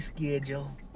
Schedule